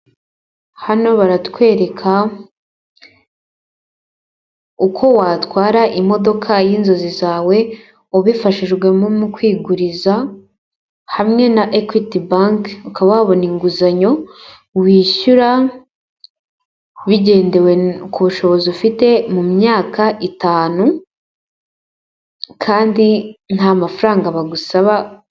Hano baratwereka uko watwara imodoka y'inzozi zawe ubifashijwemo mu kwiguriza hamwe na equity bank, ukaba wabona inguzanyo wishyura bigendewe k' ubushobozi ufite mu myaka itanu, kandi nta mafaranga bagusaba...